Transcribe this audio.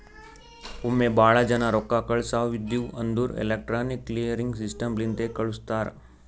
ಒಮ್ಮೆ ಭಾಳ ಜನಾ ರೊಕ್ಕಾ ಕಳ್ಸವ್ ಇದ್ಧಿವ್ ಅಂದುರ್ ಎಲೆಕ್ಟ್ರಾನಿಕ್ ಕ್ಲಿಯರಿಂಗ್ ಸಿಸ್ಟಮ್ ಲಿಂತೆ ಕಳುಸ್ತಾರ್